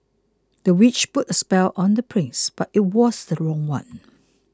the witch put a spell on the prince but it was the wrong one